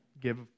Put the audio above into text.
give